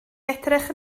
edrych